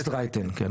כן,